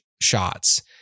shots